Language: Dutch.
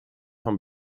van